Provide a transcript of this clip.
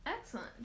Excellent